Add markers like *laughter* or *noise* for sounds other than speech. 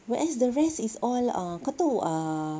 whereas the rest is all uh kau tahu uh *noise*